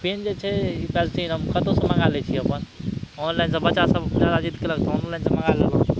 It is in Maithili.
पेन जे छै ई कहलथिन हम कतौसँ मंगा लै छियै अपन ऑनलाइनसँ बच्चा सब जादा जीत केलक तऽ ऑनलाइन सँ मंगा लेलौं